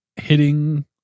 hitting